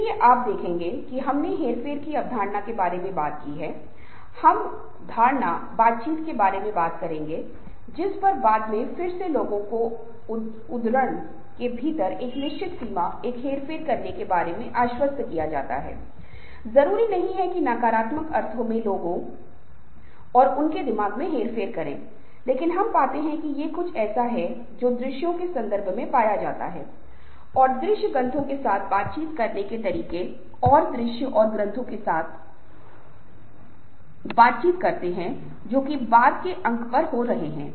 इसलिए मैं अपने अगले व्याख्यान में इस समूह की गतिशीलता के शेष भाग को जारी रखूंगा लेकिन इस पहले भाग को संक्षेप में कहने के लिए मैं यह कहना चाहूंगा कि समूह की गतिशीलता एक ऐसी चीज है जो बहुत सारी स्थितियों में बहुत महत्वपूर्ण है कई संगठन कई क्षेत्रों में काम करने के लिए अनुशासन रखते हैं और फिर एक को मनोविज्ञान को समझना होगा एक को यह समझना होगा कि समूह एक दूसरे के बीच कैसे व्यवहार करेंगे मतलब समूह के सदस्य एक दूसरे के बीच होंगे और क्या संभावित समस्याएं हो सकती हैं भविष्य में इस संभावित समस्याओं से बचने के लिए शुरुआत से ही समूह बनाने में बहुत सावधानी बरतनी होगी